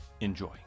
Enjoy